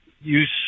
use